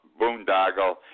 boondoggle